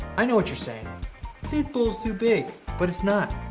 i know what you're saying this bowls too big but its not.